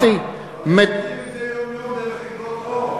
הבנתי, הם לוקחים את זה יום-יום דרך איגרות חוב.